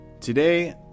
Today